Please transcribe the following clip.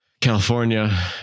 California